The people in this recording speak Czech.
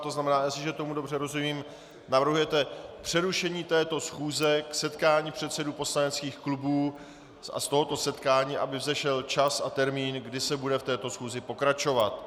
To znamená, jestliže tomu dobře rozumím, navrhujete přerušení této schůze k setkání předsedů poslaneckých klubů a z tohoto setkání aby vzešel čas a termín, kdy se bude v této schůzi pokračovat.